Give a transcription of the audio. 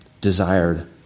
desired